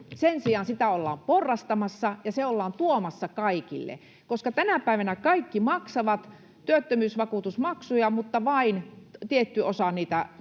Sen sijaan sitä ollaan porrastamassa ja se ollaan tuomassa kaikille, koska tänä päivänä kaikki maksavat työttömyysvakuutusmaksuja mutta vain tietty osa niitä